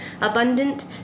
abundant